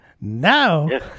Now